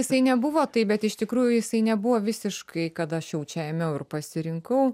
jisai nebuvo taip bet iš tikrųjų jisai nebuvo visiškai kad aš jau čia ėmiau ir pasirinkau